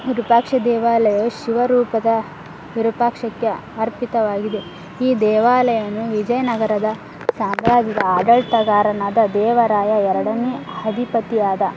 ವಿರೂಪಾಕ್ಷ ದೇವಾಲಯವು ಶಿವ ರೂಪದ ವಿರೂಪಾಕ್ಷಕ್ಕೆ ಅರ್ಪಿತವಾಗಿದೆ ಈ ದೇವಾಲಯವನ್ನು ವಿಜಯನಗರದ ಸಾಮ್ರಾಜ್ಯದ ಆಡಳಿತಗಾರನಾದ ದೇವರಾಯ ಎರಡನೇ ಅಧಿಪತಿಯಾದ